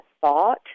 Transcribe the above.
thought